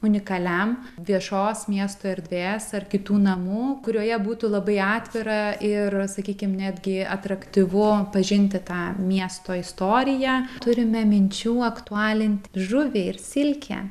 unikaliam viešos miesto erdvės ar kitų namų kurioje būtų labai atvira ir sakykim netgi atraktyvu pažinti tą miesto istoriją turime minčių aktualint žuvį ir silkę